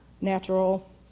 natural